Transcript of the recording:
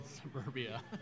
Suburbia